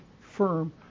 firm